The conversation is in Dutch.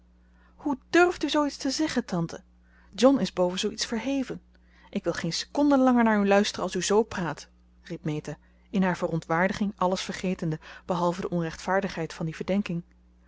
hoe durft u zooiets zeggen tante john is boven zooiets verheven ik wil geen seconde langer naar u luisteren als u zoo praat riep meta in haar verontwaardiging alles vergetende behalve de onrechtvaardigheid van die verdenking